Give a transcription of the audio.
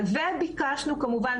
וכמובן,